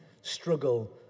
struggle